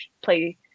play